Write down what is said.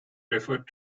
referred